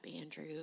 Andrew